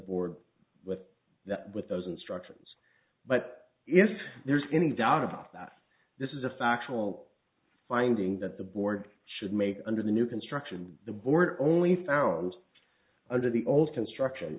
board with that with those instructions but if there's any doubt about that this is a factual finding that the board should make under the new construction the board only found under the old construction